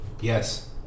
Yes